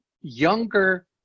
younger